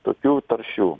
tokių taršių